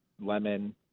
lemon